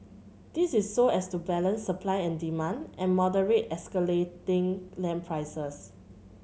this is so as to balance supply and demand and moderate escalating land prices